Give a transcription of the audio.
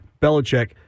Belichick